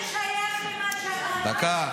מה זה שייך למה --- דקה.